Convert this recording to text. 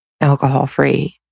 alcohol-free